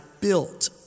built